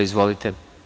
Izvolite.